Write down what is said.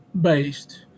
based